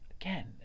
again